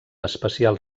especial